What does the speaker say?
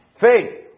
Faith